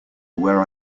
where